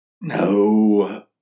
No